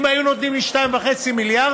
אם היו נותנים לי 2.5 מיליארד,